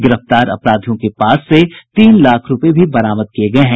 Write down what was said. गिरफ्तार अपराधियों के पास से तीन लाख रूपये भी बरामद किये गये हैं